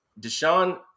Deshaun